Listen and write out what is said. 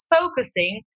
focusing